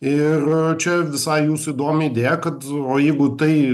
ir čia visai jūsų įdomi idėja o jeigu tai